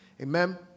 amen